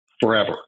forever